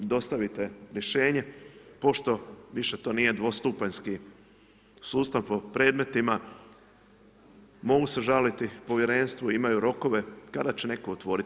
Dostavite rješenje, pošto više to nije dvostupanjski sustav po predmetima, mogu se žaliti povjerenstvu, imaju rokove kada će netko otvoriti.